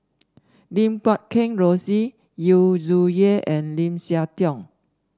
Lim Guat Kheng Rosie Yu Zhuye and Lim Siah Tong